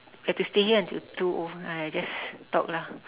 we have to stay here until two O !aiya! just talk lah